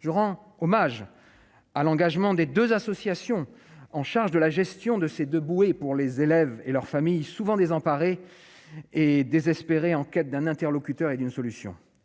je rends hommage à l'engagement des 2 associations en charge de la gestion de ces 2 bouées pour les élèves et leurs familles souvent désemparées et désespérées, en quête d'un interlocuteur et d'une solution,